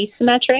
asymmetric